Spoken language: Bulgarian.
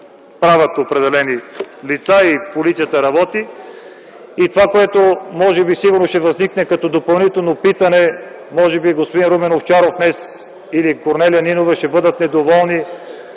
която определени лица правят и полицията работи. Това, което сигурно ще възникне като допълнително питане - може би господин Румен Овчаров днес или Корнелия Нинова ще бъдат недоволни